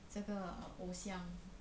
这个 uh 偶像